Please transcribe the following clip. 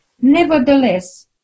Nevertheless